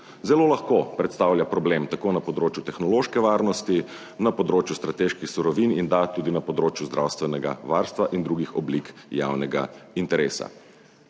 zelo lahko predstavlja problem tako na področju tehnološke varnosti, na področju strateških surovin in da tudi na področju zdravstvenega varstva in drugih oblik javnega interesa.